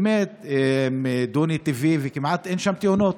באמת דו-נתיבי וכמעט אין שם תאונות.